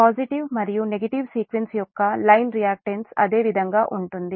positive మరియు negative sequence యొక్క line reactance అదే విధంగా ఉంటుంది